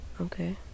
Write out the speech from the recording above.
Okay